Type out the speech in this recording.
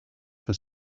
for